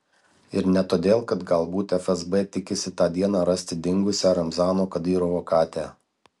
ir ne todėl kad galbūt fsb tikisi tą dieną rasti dingusią ramzano kadyrovo katę